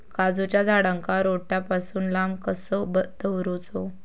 काजूच्या झाडांका रोट्या पासून लांब कसो दवरूचो?